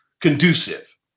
conducive